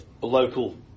local